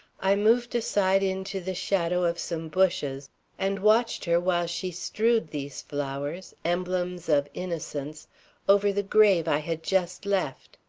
i moved aside into the shadow of some bushes and watched her while she strewed these flowers emblems of innocence over the grave i had just left.